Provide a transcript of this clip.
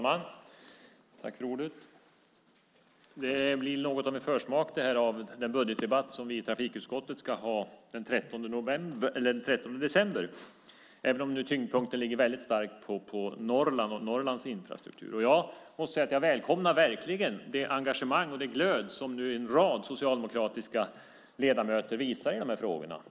Herr talman! Detta blir en försmak på den budgetdebatt som vi i trafikutskottet ska ha den 13 december, även om tyngdpunkten nu ligger på Norrland och Norrlands infrastruktur. Jag välkomnar verkligen det engagemang och den glöd som en rad socialdemokratiska ledamöter nu visar i dessa frågor.